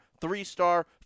three-star